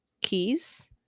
keys